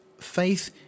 Faith